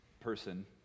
person